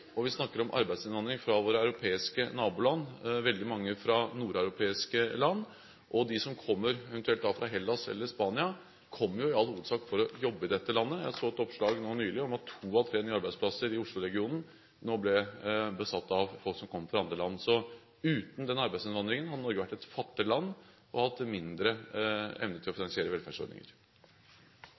Vi snakker om arbeidsinnvandring fra våre europeiske naboland – veldig mange fra nordeuropeiske land – og de som eventuelt kommer fra Hellas eller Spania, kommer i all hovedsak for å jobbe i dette landet. Jeg så et oppslag nylig om at to av tre nye arbeidsplasser i Oslo-regionen nå blir besatt av folk som kommer fra andre land. Uten den arbeidsinnvandringen hadde Norge vært et fattig land og hatt mindre evne til å finansiere velferdsordninger.